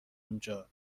اونجا